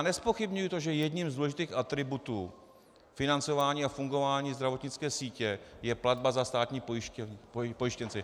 Nezpochybňuji to, že jedním z důležitých atributů financování a fungování zdravotnické sítě je platba za státní pojištěnce.